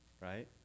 Right